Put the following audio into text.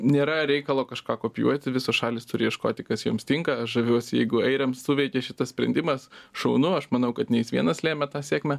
nėra reikalo kažką kopijuoti visos šalys turi ieškoti kas joms tinka aš žaviuosi jeigu airiams suveikė šitas sprendimas šaunu aš manau kad ne jis vienas lėmė tą sėkmę